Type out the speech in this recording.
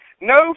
no